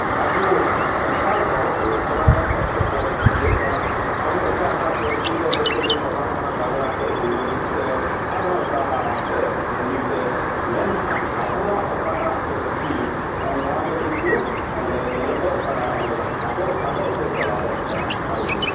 ᱟᱵᱚ ᱥᱟᱱᱛᱟᱲ ᱦᱚᱲ ᱠᱚ ᱛᱷᱚᱲᱟ ᱜᱟᱱ ᱮᱴᱠᱮᱴᱚᱬᱮ ᱥᱤᱨᱡᱟᱹᱣᱚᱜ ᱠᱟᱱᱟ ᱟᱵᱚ ᱮᱴᱟᱜ ᱮᱴᱟᱜ ᱯᱟᱹᱨᱥᱤ ᱛᱮ ᱦᱳᱭᱛᱳ ᱠᱚ ᱯᱟᱲᱦᱟᱣᱚᱜ ᱠᱟᱱᱟ ᱵᱟᱝᱞᱟᱛᱮ ᱤᱝᱥᱞᱤᱥ ᱛᱮ ᱟᱨᱦᱚᱸ ᱮᱴᱟᱜᱼᱟᱜ ᱛᱮ ᱦᱤᱱᱫᱤ ᱛᱮ ᱢᱮᱱᱠᱷᱟᱱ ᱟᱵᱚᱣᱟᱜ ᱚᱠᱟᱴᱟᱜ ᱯᱟᱹᱨᱥᱤ ᱱᱚᱣᱟ ᱫᱚ ᱠᱤᱱᱛᱩ ᱚᱸᱰᱮ ᱧᱮᱞᱚᱜᱚᱜ ᱠᱟᱱᱟ ᱚᱸᱰᱮ ᱟᱫᱚᱜ ᱟᱫᱚᱜ ᱥᱮᱡ ᱪᱟᱞᱟᱣ ᱫᱚᱜ ᱠᱟᱱᱟ ᱟᱨᱠᱤ